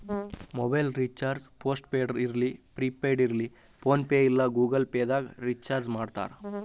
mobile recharge post ಪೇಡರ ಇರ್ಲಿ prepaid ಇರ್ಲಿ ಫೋನ್ಪೇ ಇಲ್ಲಾ ಗೂಗಲ್ ಪೇದಾಗ್ ರಿಚಾರ್ಜ್ಮಾಡ್ತಾರ